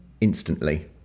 instantly